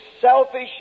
selfish